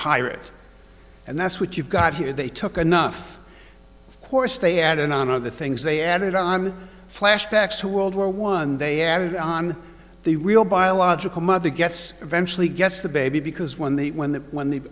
pirate and that's what you've got here they took enough of course they added on of the things they added on flashbacks to world war one they added on the real biological mother gets eventually gets the baby because when the when the when the